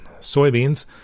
Soybeans